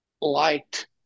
liked